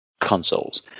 consoles